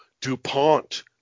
DuPont